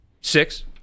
Six